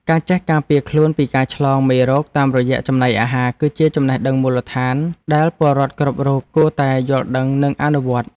ការចេះការពារខ្លួនពីការឆ្លងមេរោគតាមរយៈចំណីអាហារ គឺជាចំណេះដឹងមូលដ្ឋានដែលពលរដ្ឋគ្រប់រូបគួរតែយល់ដឹងនិងអនុវត្ត។